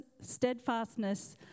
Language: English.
steadfastness